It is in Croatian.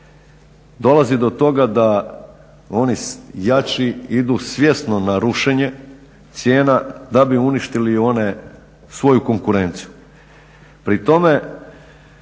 Dolazi do toga da oni jači idu svjesno na rušenje cijena da bi uništili svoju konkurenciju. Pri tome